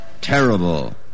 terrible